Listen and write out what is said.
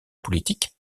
politique